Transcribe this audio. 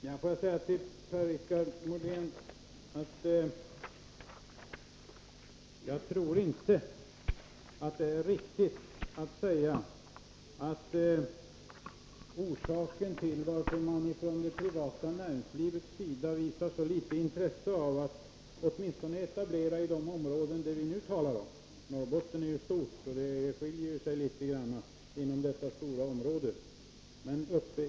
Herr talman! Jag tror inte att Per-Richard Molén har rätt i fråga om orsaken till att det privata näringslivet visar så litet intresse för att etablera sig, åtminstone när det gäller de områden vi nu talar om. Norrbotten är ju stort, och det skiljer sig litet inom detta väldiga område.